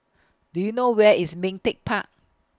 Do YOU know Where IS Ming Teck Park